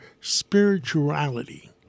spirituality